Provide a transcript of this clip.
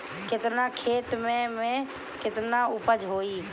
केतना खेत में में केतना उपज होई?